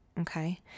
okay